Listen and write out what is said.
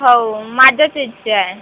हो माझ्याच एजचे आहे